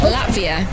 Latvia